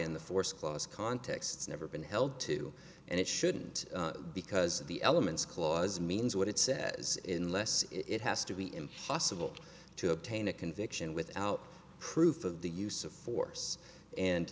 in the force clause contexts never been held to and it shouldn't because of the elements clause means what it says in less it has to be impossible to obtain a conviction without proof of the use of force and